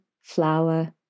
flower